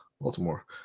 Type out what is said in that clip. Baltimore